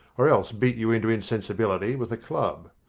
or else beat you into insensibility with a club,